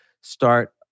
start